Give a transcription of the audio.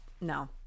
no